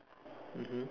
mmhmm